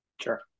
Sure